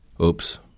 Oops